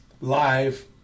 Live